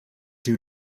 due